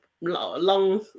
long